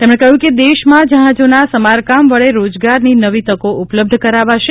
તેમણે કહ્યું કે દેશમાં જહાજોના સમારકામ વડે રોજગારની નવી તકો ઉપલબ્ધ કરાવાશે